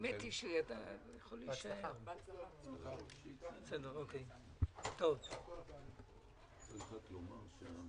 אנחנו עוברים להצבעה